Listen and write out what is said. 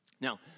Now